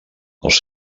els